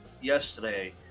yesterday